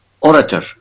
orator